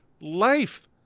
life